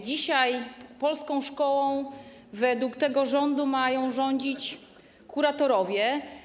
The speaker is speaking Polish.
Dzisiaj polską szkołą według tego rządu mają rządzić kuratorowie.